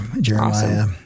Jeremiah